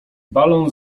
balon